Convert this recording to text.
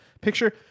picture